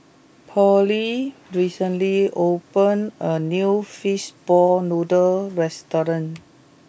Pearle recently opened a new Fish Ball Noodles restaurant